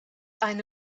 eine